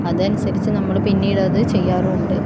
അതിനനുസരിച്ച് നമ്മളത് പിന്നീടത് ചെയ്യാറും ഉണ്ട്